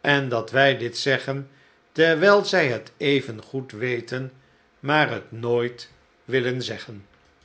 en dat wij dit zeggen terwijl zij het evengoed weten maar het nooit willen zeggen